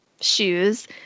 shoes